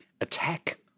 attack